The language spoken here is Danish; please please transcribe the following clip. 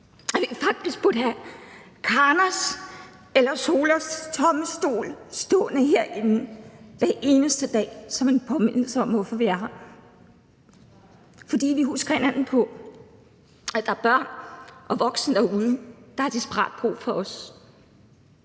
at vi faktisk burde have Karmas eller Solas tomme stol stående herinde hver eneste dag som en påmindelse om, hvorfor vi er her, og husker hinanden på, at der er børn og voksne derude, der har desperat brug for os.